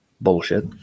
bullshit